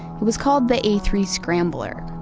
it was called the a three scrambler.